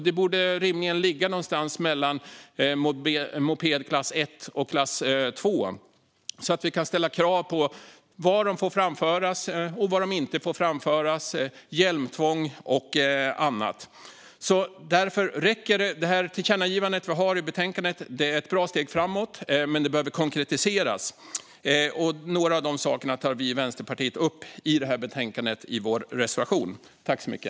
Det borde rimligen ligga någonstans mellan moped klass 1 och klass 2, så att vi kan ställa krav på var de får framföras och inte, på hjälmtvång och annat. Tillkännagivandet som utskottet föreslår i betänkandet är ett bra steg framåt. Men det behöver konkretiseras. Några av de sakerna tar vi i Vänsterpartiet upp i vår reservation i betänkandet.